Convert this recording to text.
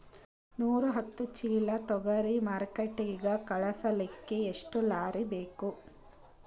ನೂರಾಹತ್ತ ಚೀಲಾ ತೊಗರಿ ಮಾರ್ಕಿಟಿಗ ಕಳಸಲಿಕ್ಕಿ ಎಷ್ಟ ಲಾರಿ ಬೇಕು?